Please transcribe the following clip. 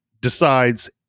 decides